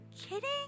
kidding